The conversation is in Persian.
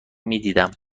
میدیدم